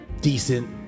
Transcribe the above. decent